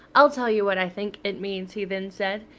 i'll tell you what i think it means, he then said.